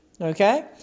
Okay